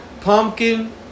pumpkin